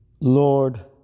Lord